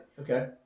okay